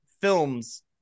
films